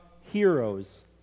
heroes